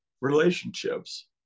relationships